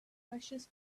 precious